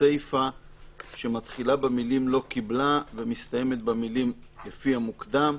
הסיפא שמתחילה במילים: "לא קיבלה" ומסתיימת במילים: "לפי המוקדם".